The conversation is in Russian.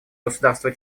государства